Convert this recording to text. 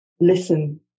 listen